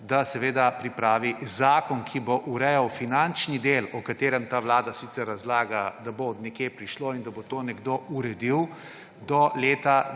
da seveda pripravi zakon, ki bo urejal finančni del, o katerem ta vlada sicer razlaga, da bo od nekje prišlo in da bo to nekdo uredil, do leta